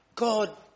God